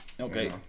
Okay